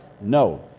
No